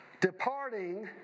departing